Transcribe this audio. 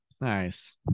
nice